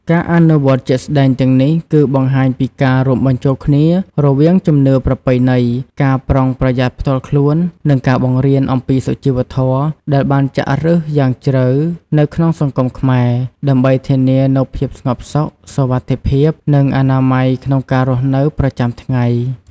ការអនុវត្តជាក់ស្តែងទាំងនេះគឺបង្ហាញពីការរួមបញ្ចូលគ្នារវាងជំនឿប្រពៃណី ការប្រុងប្រយ័ត្នផ្ទាល់ខ្លួន និងការបង្រៀនអំពីសុជីវធម៌ ដែលបានចាក់ឫសយ៉ាងជ្រៅនៅក្នុងសង្គមខ្មែរ ដើម្បីធានានូវភាពស្ងប់សុខ សុវត្ថិភាព និងអនាម័យក្នុងការរស់នៅប្រចាំថ្ងៃ ។